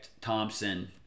Thompson